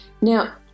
Now